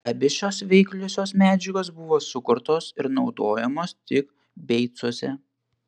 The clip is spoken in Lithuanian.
abi šios veikliosios medžiagos buvo sukurtos ir naudojamos tik beicuose